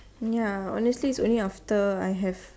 ya honestly it's only after I have